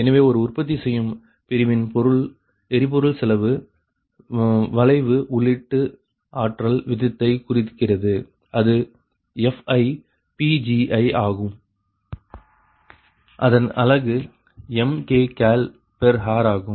எனவே ஒரு உற்பத்தி செய்யும் பிரிவின் எரிபொருள் செலவு வளைவு உள்ளீட்டு ஆற்றல் வீதத்தை குறிக்கிறது அது Fiஆகும் அதன் அலகு MKcalhrஆகும்